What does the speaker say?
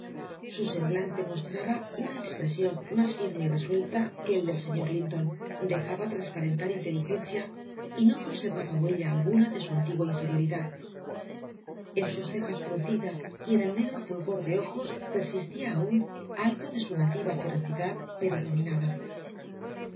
su semblante mostraba una expresión más firme y resuelta que el del señor linton dejaba transparentar inteligencia y no conservaba huella alguna de su antigua inferioridad en sus cejas fruncidas y en el negro fulgor de ojos persistía aún algo de su nativa ferocidad pero dominada